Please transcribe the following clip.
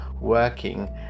working